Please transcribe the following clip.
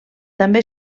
també